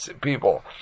people